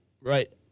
right